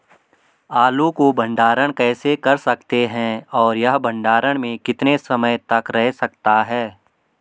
आलू को भंडारण कैसे कर सकते हैं और यह भंडारण में कितने समय तक रह सकता है?